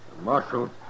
Marshal